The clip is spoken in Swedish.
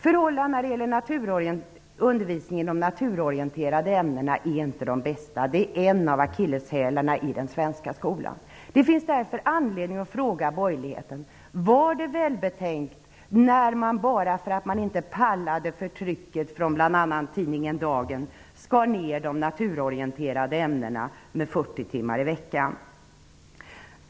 Förhållandena när det gäller undervisningen i de naturorienterade ämnena är inte de bästa -- det är en av akilleshälarna i den svenska skolan. Det finns därför anledning att fråga borgerligheten: Var det välbetänkt att bara för att man inte pallade för trycket från bl.a. tidningen Dagen skära ned de naturorienterade ämnena med 40 timmar i veckan?